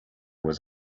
was